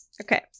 Okay